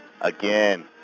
Again